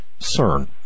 CERN